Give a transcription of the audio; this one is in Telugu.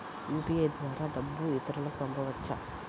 యూ.పీ.ఐ ద్వారా డబ్బు ఇతరులకు పంపవచ్చ?